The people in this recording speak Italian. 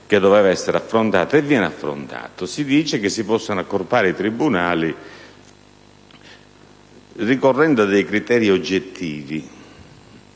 che doveva essere affrontato, e viene affrontato. Si afferma che si possono accorpare i tribunali ricorrendo a criteri oggettivi: